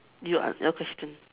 you are your question